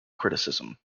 criticism